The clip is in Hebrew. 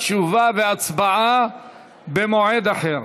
תשובה והצבעה במועד אחר.